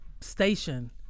station